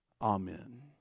Amen